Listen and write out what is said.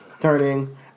turning